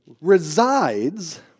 resides